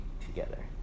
together